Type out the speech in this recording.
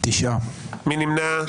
מי נמנע?